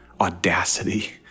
audacity